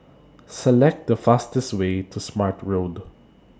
Select The fastest Way to Smart Road